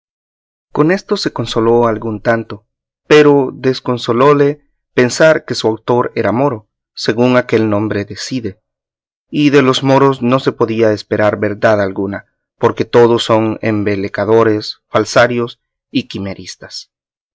con esto se consoló algún tanto pero desconsolóle pensar que su autor era moro según aquel nombre de cide y de los moros no se podía esperar verdad alguna porque todos son embelecadores falsarios y